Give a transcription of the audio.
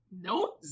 No